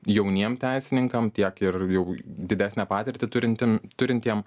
jauniems teisininkams tiek ir jau didesnę patirtį turintiem turintiems